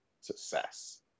success